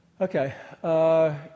Okay